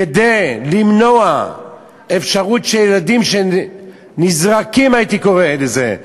כדי למנוע אפשרות שילדים נזרקים, הייתי קורא לזה,